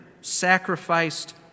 sacrificed